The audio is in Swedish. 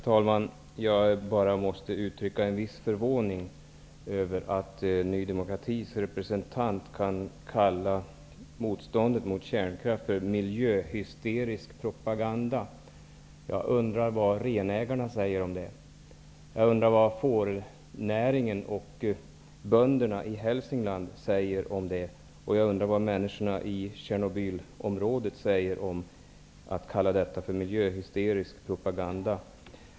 Herr talman! Jag måste uttrycka en viss förvåning över att Ny demokratis representant kan kalla motståndet mot kärnkraft för miljöhysterisk propaganda. Jag undrar vad renägarna säger om det. Jag undrar vad fårnäringen och bönderna i Hälsingland säger om det, och jag undrar vad människorna i Tjernobylområdet säger om att man kallar det för miljöhysterisk propaganda.